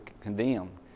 condemned